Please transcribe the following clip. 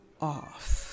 off